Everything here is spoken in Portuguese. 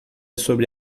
sobre